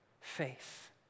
faith